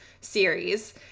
series